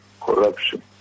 corruption